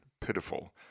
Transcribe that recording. pitiful